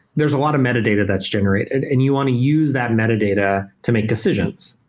there's a lot of metadata that's generated and you want to use that metadata to make decisions.